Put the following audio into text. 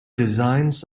designs